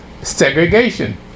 segregation